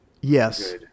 Yes